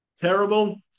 Terrible